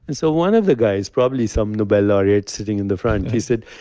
and so one of the guys probably some nobel laureate sitting in the front, he said,